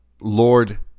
Lord